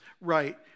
right